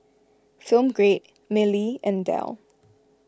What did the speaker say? Film Grade Mili and Dell